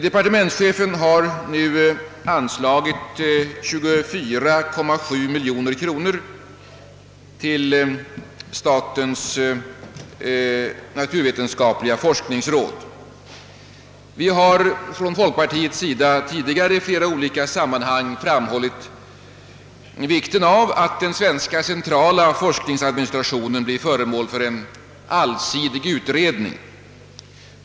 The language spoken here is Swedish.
Departementschefen har nu anslagit 24,8 miljoner till naturvetenskaplig forskning. Vi har från folkpartiets sida tidigare i flera olika sammanhang framhållit vikten av att den svenska centrala forskningsadministrationen blir föremål för en allsidig utredning.